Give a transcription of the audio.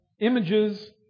Images